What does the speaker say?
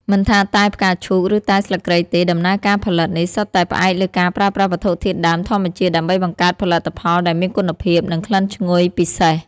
មិនថាតែផ្កាឈូក ឬតែស្លឹកគ្រៃទេ ដំណើរការផលិតនេះសុទ្ធតែផ្អែកលើការប្រើប្រាស់វត្ថុធាតុដើមធម្មជាតិដើម្បីបង្កើតផលិតផលដែលមានគុណភាពនិងក្លិនឈ្ងុយពិសេស។